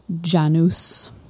Janus